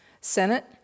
Senate